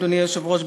אדוני היושב-ראש,